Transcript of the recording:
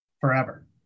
forever